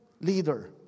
leader